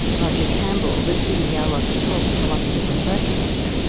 roger campbell, the ceo of the pork co-operative research centre,